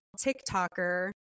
TikToker